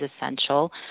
essential